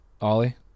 Ollie